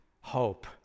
hope